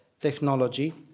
technology